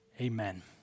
amen